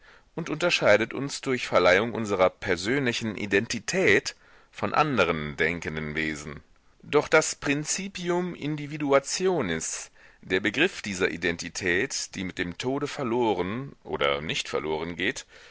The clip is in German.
und unterscheidet uns durch verleihung unserer persönlichen identität von anderen denkenden wesen doch das principium individuationis der begriff dieser identität die mit dem tode verloren oder nicht verloren geht